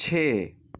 چھ